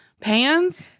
Pans